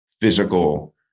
physical